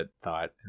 thought